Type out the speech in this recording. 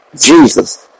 Jesus